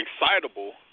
excitable